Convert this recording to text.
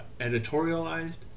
editorialized